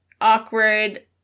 awkward